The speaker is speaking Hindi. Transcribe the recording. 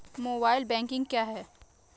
मोबाइल बैंकिंग क्या है?